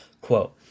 Quote